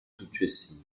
successivi